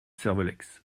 servolex